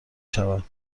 شود